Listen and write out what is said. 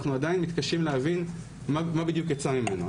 אנחנו עדיין מתקשים להבין מה בדיוק יצא ממנו.